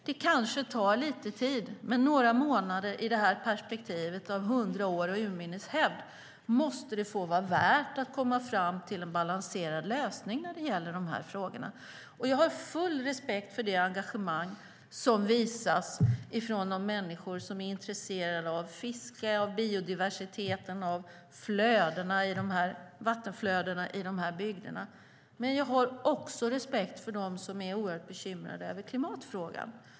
Det kanske tar lite tid, men några månader i perspektivet av 100 år och urminnes hävd måste det få vara värt när det handlar om att komma fram till en balanserad lösning när det gäller dessa frågor. Jag har full respekt för det engagemang som visas från de människor som är intresserade av fiske, av biodiversitet och av vattenflödena i de här bygderna. Men jag har också respekt för dem som är oerhört bekymrade över klimatfrågan.